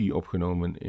opgenomen